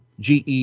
GE